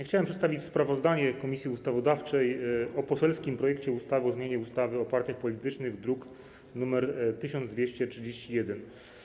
Chciałem przedstawić sprawozdanie Komisji Ustawodawczej o poselskim projekcie ustawy o zmianie ustawy o partiach politycznych, druk nr 1231.